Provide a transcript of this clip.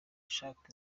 ashaka